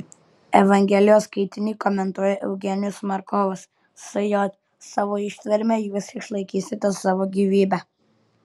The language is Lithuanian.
evangelijos skaitinį komentuoja eugenijus markovas sj savo ištverme jūs išlaikysite savo gyvybę